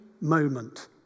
moment